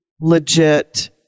legit